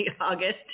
August